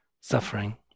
suffering